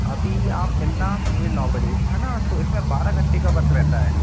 अभी आप मिलना सुबह नौ बजे है ना तो इसमें बारह घंटे का वर्क रहता है